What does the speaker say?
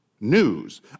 News